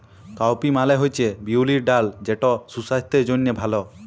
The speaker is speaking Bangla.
কাউপি মালে হছে বিউলির ডাল যেট সুসাস্থের জ্যনহে ভাল